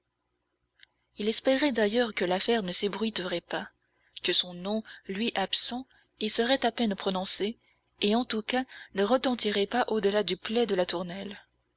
il espérait d'ailleurs que l'affaire ne s'ébruiterait pas que son nom lui absent y serait à peine prononcé et en tout cas ne retentirait pas au delà du plaid de la tournelle